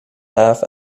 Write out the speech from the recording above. half